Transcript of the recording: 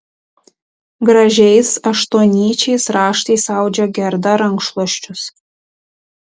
gražiais aštuonnyčiais raštais audžia gerda rankšluosčius